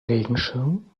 regenschirm